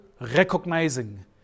recognizing